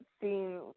seen